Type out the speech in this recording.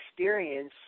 Experience